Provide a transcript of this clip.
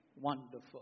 Wonderful